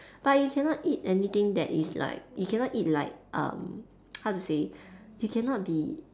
but you cannot eat anything that is like you cannot eat like um how to you say you cannot be